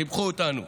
סיבכו אותנו.